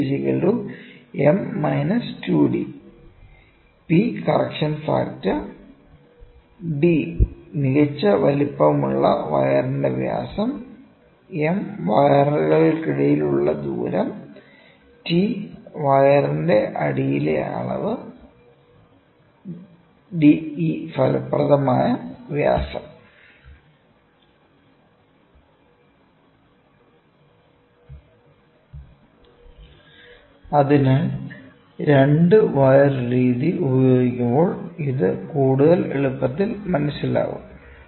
DeTP T M 2d Pകറക്ഷൻ factor d മികച്ച വലുപ്പമുള്ള വയറിന്റെ വ്യാസം M വയറുകളിലുള്ള ദൂരം T വയറിന്റെ അടിയിലെ അളവ് De ഫലപ്രദമായ വ്യാസം അതിനാൽ 2 വയർ രീതി ഉപയോഗിക്കുമ്പോൾ ഇത് കൂടുതൽ എളുപ്പത്തിൽ മനസ്സിലാകും